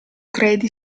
credi